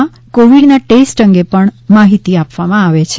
આ સભાઓમાં કોવિડના ટેસ્ટ અંગે પણ માહિતી આપવામાં આવે છે